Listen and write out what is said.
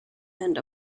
and